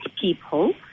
people